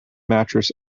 mattress